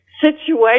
situation